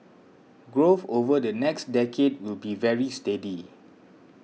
growth over the next decade will be very steady